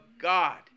God